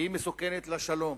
היא מסוכנת לשלום,